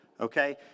Okay